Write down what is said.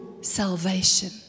salvation